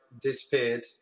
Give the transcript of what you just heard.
disappeared